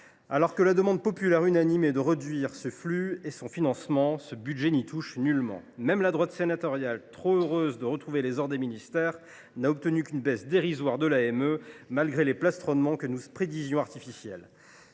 Alors que la demande populaire unanime est de réduire ce flux et son financement, ce budget ne s’attaque nullement à cette question. Même la droite sénatoriale, trop heureuse de retrouver les ors des ministères, n’a obtenu qu’une baisse dérisoire de l’AME, malgré ses rodomontades, dont nous prédisions qu’elles